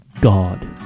God